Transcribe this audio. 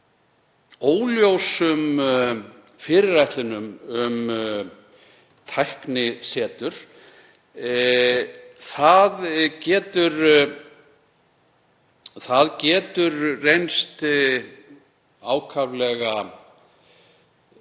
óljósum fyrirætlunum um tæknisetur getur reynst ákaflega